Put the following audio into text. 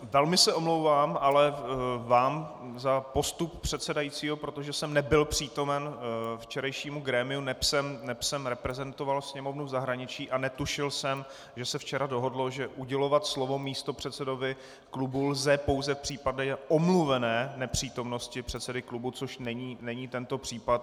Velmi se omlouvám, ale vám, za postup předsedajícího, protože jsem nebyl přítomen včerejšímu grémiu, neb jsem reprezentoval Sněmovnu v zahraničí a netušil jsem, že se včera dohodlo, že udělovat slovo místopředsedovi klubu lze pouze v případě omluvené nepřítomnosti předsedy klubu, což není tento případ.